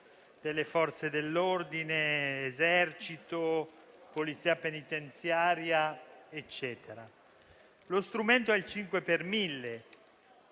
di Forze dell'ordine, Esercito, Polizia penitenziaria, eccetera. Lo strumento è il 5 per mille;